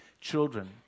children